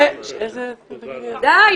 די,